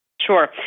Sure